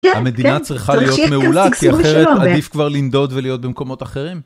המדינה צריכה להיות מעולה, כי אחרת עדיף כבר לנדוד ולהיות במקומות אחרים.